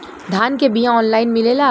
धान के बिया ऑनलाइन मिलेला?